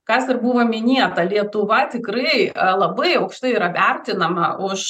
kas dar buvo minėta lietuva tikrai labai aukštai yra vertinama už